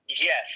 Yes